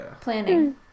planning